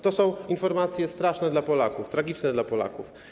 To są informacje straszne dla Polaków, tragiczne dla Polaków.